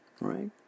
right